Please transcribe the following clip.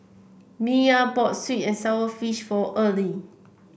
Miya bought sweet and sour fish for Earle